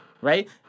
Right